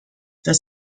the